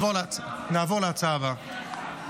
נעבור להצעה הבאה.